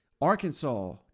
Arkansas